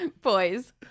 boys